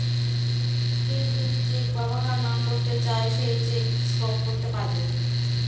কেউ যদি চেক ব্যবহার না করতে চাই সে চেক স্টপ করতে পারবে